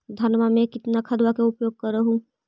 धानमा मे कितना खदबा के उपयोग कर हू?